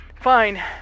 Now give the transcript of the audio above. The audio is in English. fine